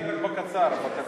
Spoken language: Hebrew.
מתנגד רק בקצר, בקצר.